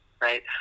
right